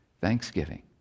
thanksgiving